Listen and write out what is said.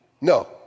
No